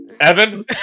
Evan